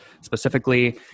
specifically